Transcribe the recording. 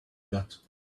got